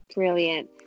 Brilliant